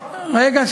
רגע,